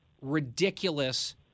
ridiculous